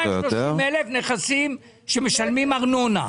230,000 נכסים שמשלמים ארנונה?